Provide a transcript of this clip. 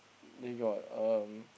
they got um